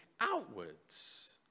outwards